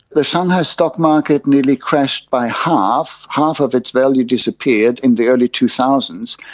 the shanghai stock market nearly crashed by half, half of its value disappeared in the early two thousand s.